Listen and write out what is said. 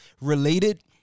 related